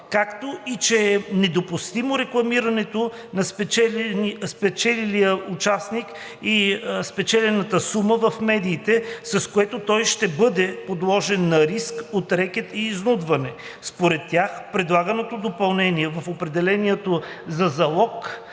както и че е недопустимо рекламирането на спечелилия участник и спечелената сума в медиите, с което той ще бъде подложен на риск от рекет и изнудване. Според тях предлаганото допълнение в определението за „залог“